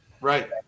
Right